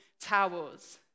towels